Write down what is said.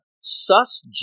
Sus